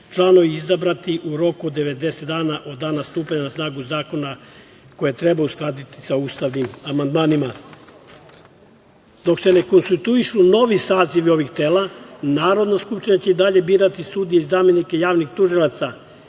članovi izabrati u roku od 90 dana od dana stupanja na snagu zakona koje treba uskladiti sa ustavnim amandmanima. Dok se ne konstituišu novi sazivi ovih tela, Narodna skupština će i dalje birati sudije i zamenike javnih tužilaca